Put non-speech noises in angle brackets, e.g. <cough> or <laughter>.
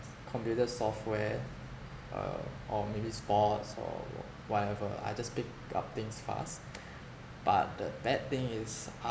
computer software um or maybe sports or wha~ whatever I just pick up things fast <noise> but the bad thing is I